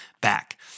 back